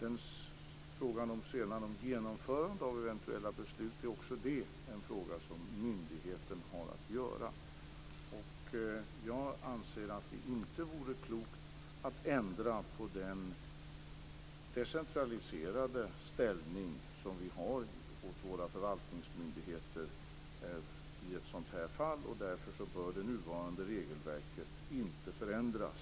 Också frågan om genomförandet av eventuella beslut är något som ligger på myndigheten. Jag anser att det inte vore klokt att ändra på den decentraliserade ställning som våra förvaltningsmyndigheter har i ett sådant här fall. Därför bör det nuvarande regelverket inte förändras.